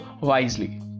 wisely